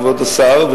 כבוד השר,